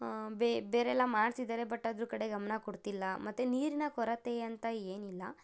ಬೇ ಬೇರೆಲ್ಲ ಮಾಡ್ತಿದ್ದಾರೆ ಬಟ್ ಅದ್ರ ಕಡೆ ಗಮನ ಕೊಡ್ತಿಲ್ಲ ಮತ್ತೆ ನೀರಿನ ಕೊರತೆ ಅಂತ ಏನಿಲ್ಲ